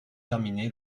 terminé